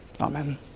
Amen